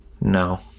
No